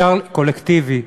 קולקטיבי.